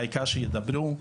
העיקר שידברו,